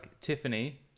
Tiffany